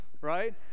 right